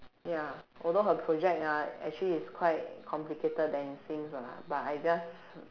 ya although her project ah actually is quite complicated than it seems ah but I just